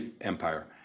empire